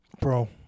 Bro